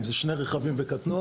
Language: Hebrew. אם זה שני רכבים וקטנוע.